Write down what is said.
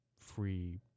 free